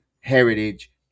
heritage